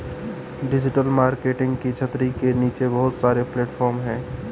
digital marketing की छतरी के नीचे बहुत सारे प्लेटफॉर्म हैं